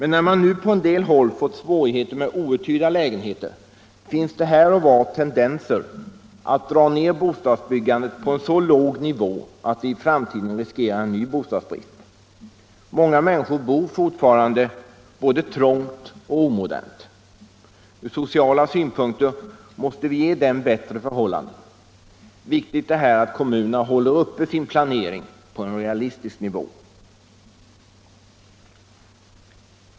När man nu på en del håll har fått svårigheter med outhyrda lägenheter, finns det här och var tendenser att dra ner bostadsbyggandet på en så låg nivå att vi i framtiden riskerar en ny bostadsbrist. Många människor bor fortfarande både trångt och omodernt. Från sociala synpunkter måste vi ge dem bättre förhållanden. Viktigt är här att kommunerna håller uppe sin planering på en realistisk nivå.